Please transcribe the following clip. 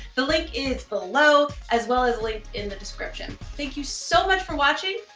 the link is below as well as linked in the description. thank you so much for watching,